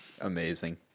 Amazing